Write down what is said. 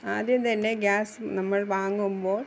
ആദ്യം തന്നെ ഗ്യാസ് നമ്മൾ വാങ്ങുമ്പോൾ